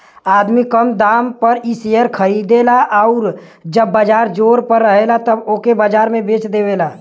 आदमी कम दाम पर इ शेअर खरीदेला आउर जब बाजार जोर पर रहेला तब ओके बाजार में बेच देवेला